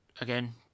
again